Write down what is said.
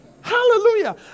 Hallelujah